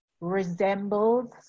resembles